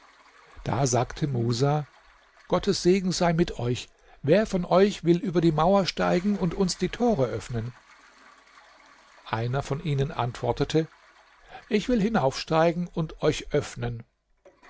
da sagte musa gottes segen sei mit euch wer von euch will über die mauer steigen und uns die tore öffnen einer von ihnen antwortete ich will hinaufsteigen und euch öffnen